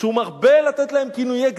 שהוא מרבה לתת להם כינויי גנאי,